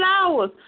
flowers